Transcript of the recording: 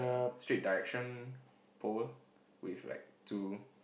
street direction pole with like two